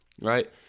right